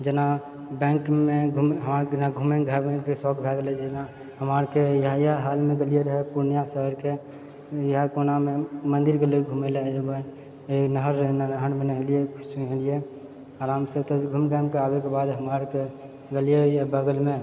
जेना बैंकमे घुमय घामयके शौक भयऽ गेले जेना हमरारीके इएह हालमे गेलिए रहए पूर्णियाँ शहरके इएह कोनामे मन्दिर गेलिए रहए ओहिके बाद घुमएके बाद नहर रहए नहरमे नहेलिए सुनेलिए आरामसँ ओतए से घुमि घामिके आबैके बाद हमरारीके गेलिये रहिए बगलमे